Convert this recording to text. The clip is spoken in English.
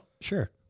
Sure